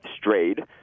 strayed